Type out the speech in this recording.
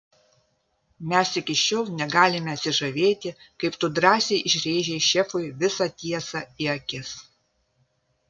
mes iki šiol negalime atsižavėti kaip tu drąsiai išrėžei šefui visą tiesą į akis